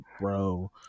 bro